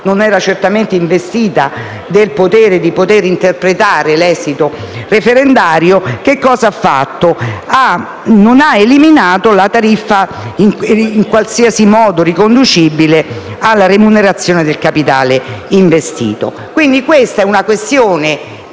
non era certamente investita del potere di interpretare l'esito referendario, non ha eliminato la tariffa in qualsiasi modo riconducibile alla remunerazione del capitale investito. Questo è un tema che